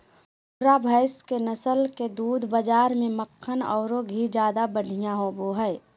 मुर्रा भैस के नस्ल के दूध बाज़ार में मक्खन औरो घी ज्यादा बढ़िया होबो हइ